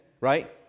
right